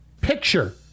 picture